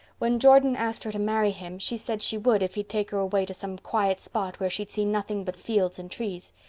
when jordan asked her to marry him she said she would if he'd take her away to some quiet spot where she'd see nothing but fields and trees.